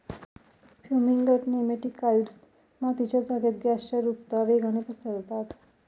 fumigant nematicides मातीच्या जागेत गॅसच्या रुपता वेगाने पसरतात